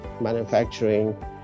manufacturing